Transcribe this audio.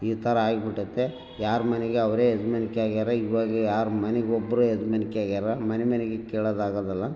ಈ ಥರ ಆಗಿಬಿಟ್ತೈತೆ ಯಾರು ಮನೆಗೆ ಅವರೆ ಯಜಮಾನಿಕೆ ಆಗ್ಯರ ಇವಾಗ ಯಾರು ಮನೆಗ್ ಒಬ್ಬರೇ ಯಜ್ಮಾನಿಕೆ ಆಗ್ಯರ ಮನೆ ಮನೆಗೆ ಕೇಳೋದಾಗಲಲ್ಲ